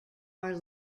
are